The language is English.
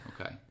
okay